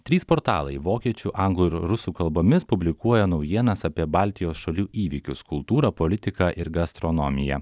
trys portalai vokiečių anglų ir rusų kalbomis publikuoja naujienas apie baltijos šalių įvykius kultūrą politiką ir gastronomiją